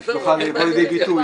כדי שהיא תוכל לבוא לידי ביטוי.